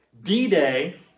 D-Day